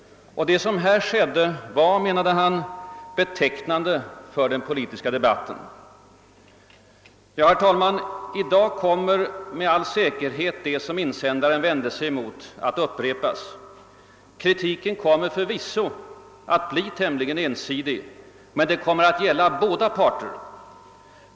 Och det som här skedde var — menade han — betecknande för den politiska debatten. Ja, herr talman, i dag kommer med all säkerhet det som insändaren vände sig emot att upprepas. Kritiken kommer förvisso att bli tämligen ensidig. Men det kommer att gälla båda parter.